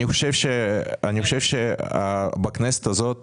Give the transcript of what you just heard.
אני חושב שבכנסת הזאת